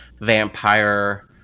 vampire